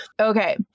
Okay